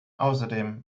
außerdem